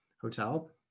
Hotel